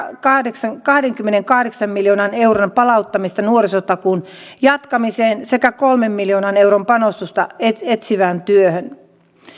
kahdenkymmenenkahdeksan miljoonan euron palauttamista nuorisotakuun jatkamiseen sekä kolmen miljoonan euron panostusta etsivään työhön